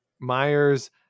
Myers